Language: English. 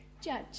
judge